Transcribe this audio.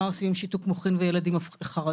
מה עושים עם שיתוק מוחין וילד עם חרדות,